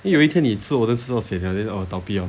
then 有一天你吃到 sian 了 then oh 倒闭了